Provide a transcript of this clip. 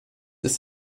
ist